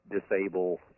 disable